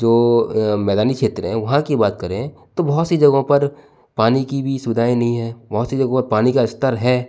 जो मैदानी क्षेत्र हैं वहाँ की बात करें तो बहोत सी जगहों पर पानी की भी सुविधाएँ नही हैं बहोत सी जगहो पर पानी का स्तर है